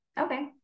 okay